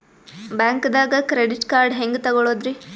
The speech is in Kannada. ಬ್ಯಾಂಕ್ದಾಗ ಕ್ರೆಡಿಟ್ ಕಾರ್ಡ್ ಹೆಂಗ್ ತಗೊಳದ್ರಿ?